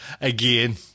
again